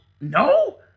No